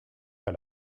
pas